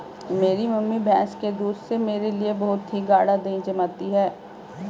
मेरी मम्मी भैंस के दूध से मेरे लिए बहुत ही गाड़ा दही जमाती है